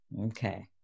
okay